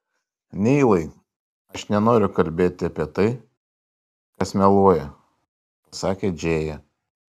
neilai aš nenoriu kalbėti apie tai kas meluoja pasakė džėja